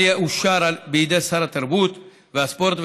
שהיא תאגיד סטטוטורי אשר מטרתו לקדם ולשמר את תרבות הלאדינו ואת